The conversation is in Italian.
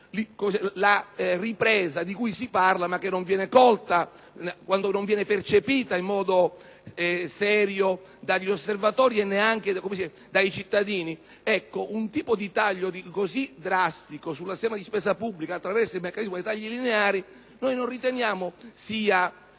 la ripresa, di cui si parla, ma che non viene colta quando non viene percepita in modo serio dagli osservatori e neanche dai cittadini. Non riteniamo che un tipo di taglio così drastico sul sistema di spesa pubblica attraverso il meccanismo dei tagli lineari sia il più